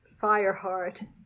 Fireheart